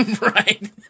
right